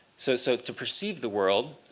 so so to perceive the world.